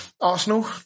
Arsenal